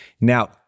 now